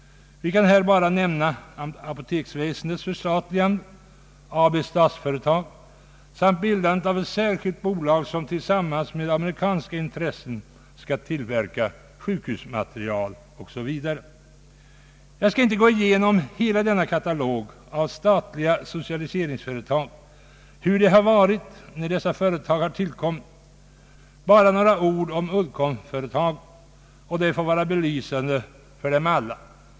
Vi kan bara nämna apoteksväsendets förstatligande, AB Statsföretag samt bildandet av ett särskilt bolag som tillsammans med amerikanska intressen skall tillverka sjukhusmaterial. Jag skall inte gå igenom hela denna katalog av statliga socialiseringsföretag och hur dessa företag tillkommit. Bara några ord om Uddcomb-företaget, som får vara belysande för dem alla.